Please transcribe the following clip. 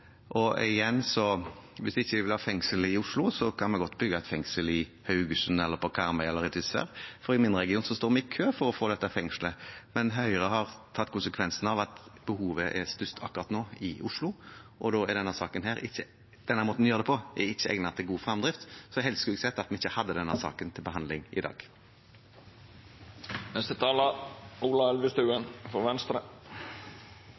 og igjen: Hvis vi ikke vil ha fengsel i Oslo, kan vi godt bygge et fengsel i Haugesund eller på Karmøy eller i Tysvær, for i min region står vi i kø for å få dette fengslet. Men Høyre har tatt konsekvensen av at behovet akkurat nå er størst i Oslo. Da er denne måten å gjøre det på ikke egnet til god framdrift, så helst skulle jeg sett at vi ikke hadde denne saken til behandling i dag. Til siste taler: